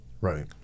Right